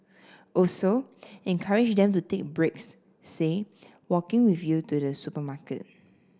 also encourage them to take breaks say walking with you to the supermarket